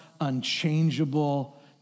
unchangeable